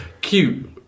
cute